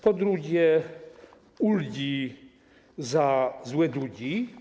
Po drugie, ulgi za złe długi.